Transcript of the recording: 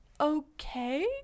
okay